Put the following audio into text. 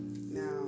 now